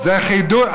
זה חידוש.